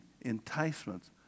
enticements